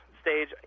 stage